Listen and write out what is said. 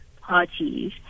parties